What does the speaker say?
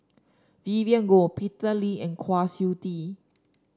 Vivien Goh Peter Lee and Kwa Siew Tee